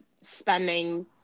spending